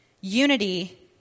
Unity